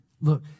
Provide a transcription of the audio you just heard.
Look